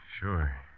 Sure